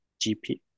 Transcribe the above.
GP